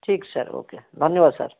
ଠିକ୍ sir okay ଧନ୍ୟବାଦ sir